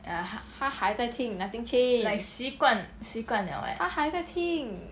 他还在听 nothing change 他还在听